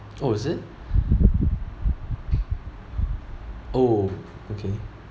oh is it oh okay